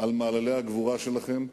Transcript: על מעללי הגבורה שלכם.